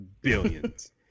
billions